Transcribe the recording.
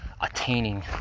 attaining